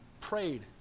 prayed